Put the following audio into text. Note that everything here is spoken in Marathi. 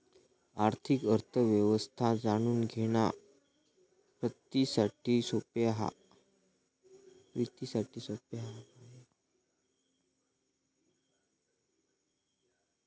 आर्थिक अर्थ व्यवस्था जाणून घेणा प्रितीसाठी सोप्या हा